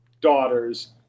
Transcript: daughter's